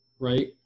Right